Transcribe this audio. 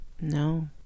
No